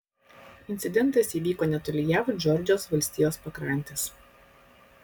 incidentas įvyko netoli jav džordžijos valstijos pakrantės